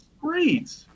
great